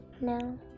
No